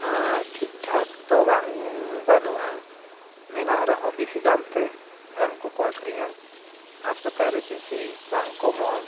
ᱴᱷᱤᱠ ᱴᱷᱟᱠ ᱛᱚ ᱵᱟᱹᱱᱩᱜᱼᱟ ᱢᱮᱱᱟᱜ ᱨᱮᱦᱚᱸ ᱵᱤᱥᱤ ᱫᱟᱢ ᱛᱮ ᱨᱟᱱ ᱠᱚᱠᱚ ᱟᱹᱠᱷᱨᱤᱧᱟ ᱦᱟᱥᱯᱟᱛᱟᱞ ᱨᱮ ᱵᱤᱥᱤ ᱵᱟᱝ ᱠᱚ ᱮᱢᱚᱜᱼᱟ